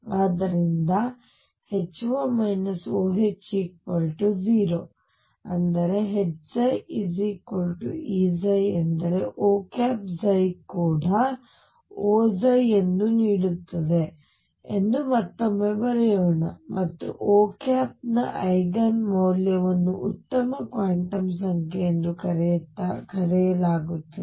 ಆದ್ದರಿಂದ HO OH 0 ಅಂದರೆ HψEψ ಎಂದರೆ O ψ ಕೂಡ O ψ ಎಂದು ನೀಡುತ್ತದೆ ಎಂದು ಮತ್ತೊಮ್ಮೆ ಬರೆಯೋಣ ಮತ್ತು O ನ ಐಗನ್ ಮೌಲ್ಯ ವನ್ನು ಉತ್ತಮ ಕ್ವಾಂಟಮ್ ಸಂಖ್ಯೆ ಎಂದು ಕರೆಯಲಾಗುತ್ತದೆ